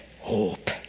hope